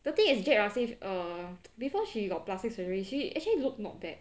the thing is jade ruskin err before she got plastic surgery she actually look not bad